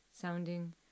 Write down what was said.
sounding